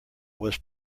was